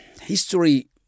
history